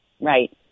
Right